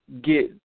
get